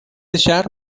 شهر